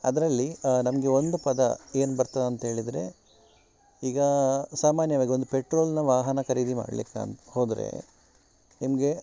ಅದರಲ್ಲಿ ನಮಗೆ ಒಂದು ಪದ ಏನು ಬರ್ತದಂತ ಹೇಳಿದರೆ ಈಗ ಸಾಮಾನ್ಯವಾಗಿ ಒಂದು ಪೆಟ್ರೋಲ್ನ ವಾಹನ ಖರೀದಿ ಮಾಡ್ಲಿಕ್ಕಂತ ಹೋದರೆ ನಿಮಗೆ